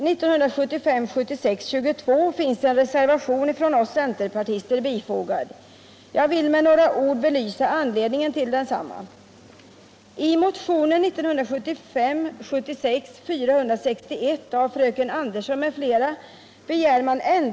Fru talman! Till lagutskottets betänkande 1975/76:22 finns fogad en reservation från oss centerpartister. Jag vill med några ord belysa anledningen till densamma.